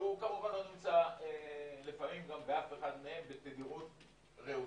שהוא כמובן לא נמצא לפעמים גם באף אחד מהם בתדירות ראויה.